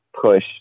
push